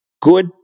Good